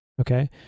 okay